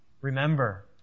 Remember